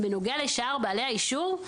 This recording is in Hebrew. בנוגע לשאר בעלי האישור,